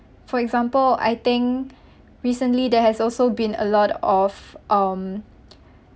for example I think recently there has also been a lot of um